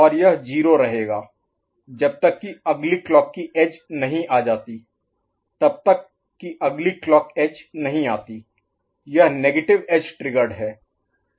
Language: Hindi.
और यह 0 रहेगा जब तक कि अगली क्लॉक की एज नहीं आ जाती जब तक कि अगली क्लॉक एज नहीं आती यह नेगेटिव एज ट्रिगर्ड है